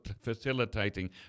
facilitating